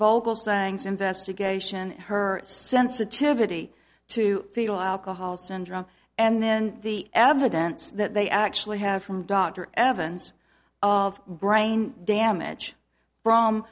sayings investigation her sensitivity to fetal alcohol syndrome and then the evidence that they actually have from dr evans of brain damage from